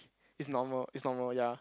it's normal it's normal ya